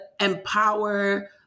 empower